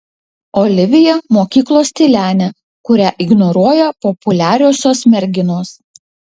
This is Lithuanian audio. olivija mokyklos tylenė kurią ignoruoja populiariosios merginos